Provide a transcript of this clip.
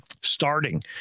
starting